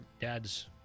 dads